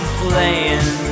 playing